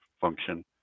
function